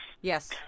Yes